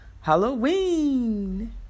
halloween